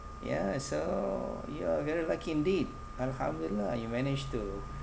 ya so you are very lucky indeed alhamdulillah you managed to